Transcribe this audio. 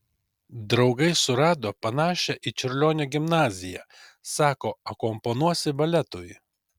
draugai surado panašią į čiurlionio gimnaziją sako akompanuosi baletui